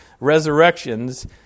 resurrections